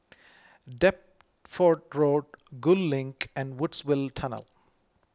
Deptford Road Gul Link and Woodsville Tunnel